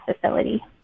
facility